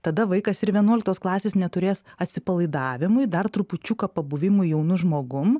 tada vaikas ir vienuoliktos klasės neturės atsipalaidavimui dar trupučiuką pabuvimui jaunu žmogum